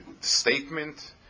statement